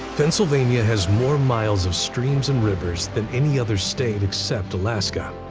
pennsylvania has more miles of streams and rivers than any other state except alaska,